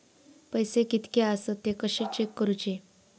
पैसे कीतके आसत ते कशे चेक करूचे?